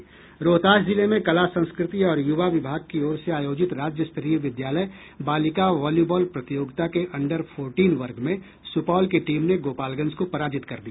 रोहतास जिले में कला संस्कृति और युवा विभाग की ओर से आयोजित राज्यस्तरीय विद्यालय बालिका वॉलीबॉल प्रतियोगिता के अन्डर फोरटीन वर्ग में सुपौल की टीम ने गोपालगंज को पराजित कर दिया